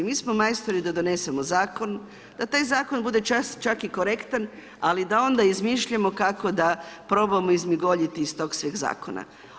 Mi smo majstori da donesemo zakon, da taj zakon čak bude i korektan ali da onda izmišljamo kako da probamo izmigoljiti iz tog sveg zakona.